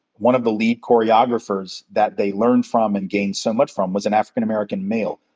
one of the lead choreographers that they learned from and gained so much from was an african american male.